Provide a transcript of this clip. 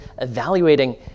evaluating